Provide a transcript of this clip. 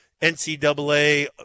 NCAA